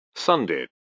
Sunday